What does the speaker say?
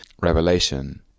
revelation